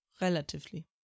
relatively